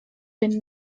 den